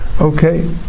Okay